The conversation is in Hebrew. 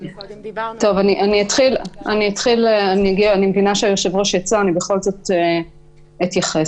אני מבינה שהיושב-ראש יצא, ובכל זאת אתייחס.